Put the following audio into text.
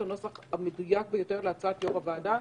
הנוסח המדויק ביותר להצעת יו"ר הוועדה.